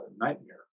nightmare